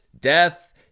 death